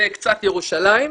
וקצת ירושלים,